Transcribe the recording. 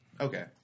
Okay